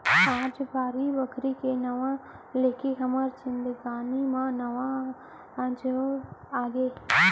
आज बाड़ी बखरी के नांव लेके हमर जिनगी म नवा अंजोर आगे